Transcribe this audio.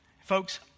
Folks